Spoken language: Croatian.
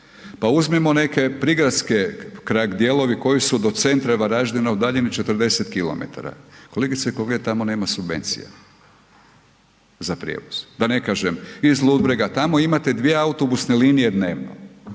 .../Govornik se ne razumije./... koji su do centra Varaždina udaljeni 40 km, kolegice i kolege, tamo nema subvencija za prijevoz, da ne kažem iz Ludbrega, tamo imate dvije autobusne linije dnevno